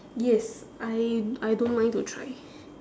yes I I don't mind to try